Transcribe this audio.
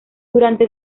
durante